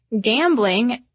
gambling